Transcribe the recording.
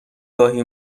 گاهی